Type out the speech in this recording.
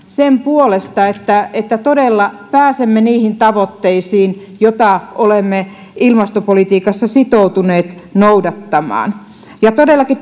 sen puolesta että että todella pääsemme niihin tavoitteisiin joita olemme ilmastopolitiikassa sitoutuneet noudattamaan ja todellakin